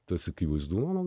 tas akivaizdumas